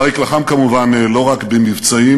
אריק לחם כמובן לא רק במבצעים,